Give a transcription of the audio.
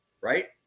right